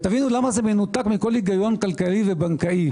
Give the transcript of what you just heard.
ותבינו למה זה מנותק מכל היגיון כלכלי ובנקאי.